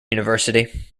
university